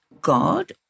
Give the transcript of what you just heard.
God